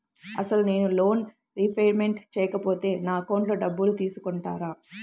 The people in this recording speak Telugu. అసలు నేనూ లోన్ రిపేమెంట్ చేయకపోతే నా అకౌంట్లో డబ్బులు తీసుకుంటారా?